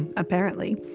apparently.